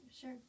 Sure